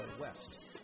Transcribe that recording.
West